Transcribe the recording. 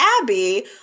Abby